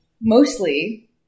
mostly